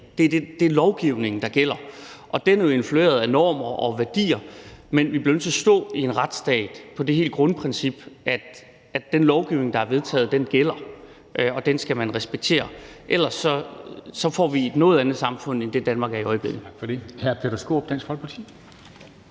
Det er lovgivningen, der gælder. Den er jo influeret af normer og værdier, men vi bliver nødt til i en retsstat at stå på det grundprincip, at den lovgivning, der er vedtaget, gælder, og den skal man respektere. Ellers får vi et noget andet samfund end det, Danmark er i øjeblikket.